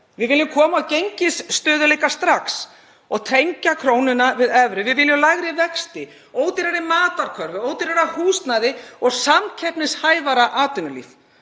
Við viljum koma á gengisstöðugleika strax og tengja krónuna við evru. Við viljum lægri vexti og ódýrari matarkörfu, ódýrara húsnæði og samkeppnishæfara atvinnulíf.